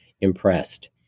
impressed